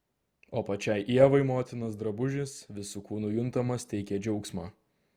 o pačiai ievai motinos drabužis visu kūnu juntamas teikė džiaugsmą